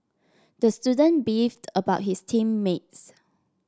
the student beefed about his team mates